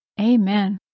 Amen